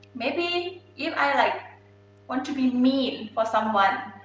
maybe if i like want to be mean for someone,